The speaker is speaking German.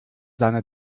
seine